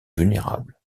vulnérables